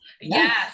Yes